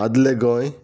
आदलें गोंय